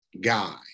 guy